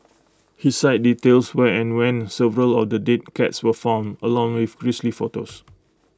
his site details where and when several of the dead cats were found along with grisly photos